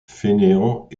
fainéant